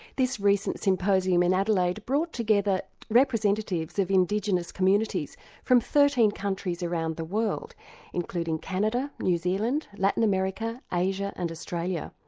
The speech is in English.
this recent symposium in adelaide brought together representatives of indigenous communities from thirteen countries around the world including canada, new zealand, latin america, asia and australia.